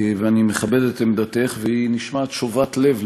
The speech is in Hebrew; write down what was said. ואני מכבד את עמדתך והיא נשמעת שובת-לב,